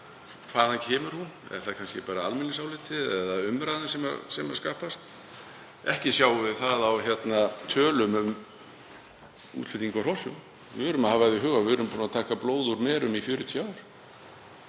hvaðan kemur hún? Er það kannski bara almenningsálitið eða umræðan sem hefur skapast? Ekki sjáum við það á tölum um útflutning á hrossum. Við verðum að hafa í huga að við erum búin að vera að taka blóð úr merum í 40 ár.